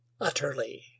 utterly